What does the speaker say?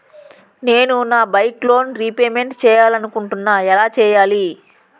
నేను నా bike loan repayment చేయాలనుకుంటున్నా ఎలా చేయాలి?